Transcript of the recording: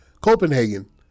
Copenhagen